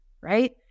right